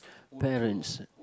parents